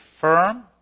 firm